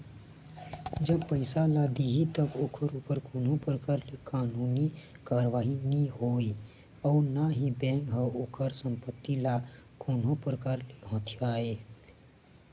जब पइसा ल दिही तब ओखर ऊपर कोनो परकार ले कानूनी कारवाही नई होवय अउ ना ही बेंक ह ओखर संपत्ति ल कोनो परकार ले हथियावय